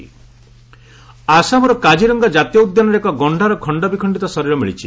ଆସାମ କାଜିରଙ୍ଗା ଆସାମର କାଜିରଙ୍ଗା ଜାତୀୟ ଉଦ୍ୟାନରେ ଏକ ଗଶ୍ତାର ଖଣ୍ଡବିଖଣ୍ଡିତ ଶରୀର ମିଳିଛି